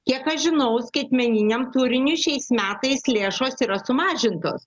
kiek aš žinau skaitmeniniam turiniui šiais metais lėšos yra sumažintos